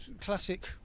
classic